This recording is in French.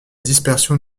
dispersion